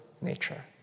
nature